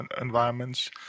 environments